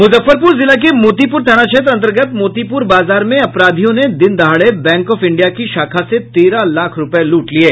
मूजफ्फरपूर जिला के मोतीपूर थाना क्षेत्र अंतर्गत मोतीपूर बाजार में अपराधियों ने दिन दहाड़े बैंक ऑफ इंडिया की शाखा से तेरह लाख रूपये लूट लिये